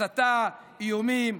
הסתה, איומים,